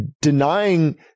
denying